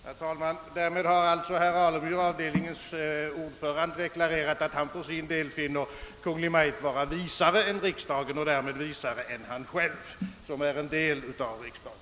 Herr talman! Därmed har alltså herr Alemyr, avdelningens ordförande, deklarerat, att han för sin del finner Kungl. Maj:t vara visare än riksdagen och därmed visare än han själv som är en del av riksdagen.